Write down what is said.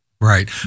Right